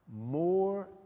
more